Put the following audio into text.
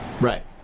Right